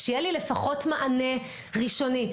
שיהיה לי לפחות מענה ראשוני.